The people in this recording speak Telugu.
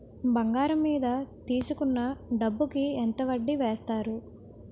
బంగారం మీద తీసుకున్న డబ్బు కి ఎంత వడ్డీ వేస్తారు?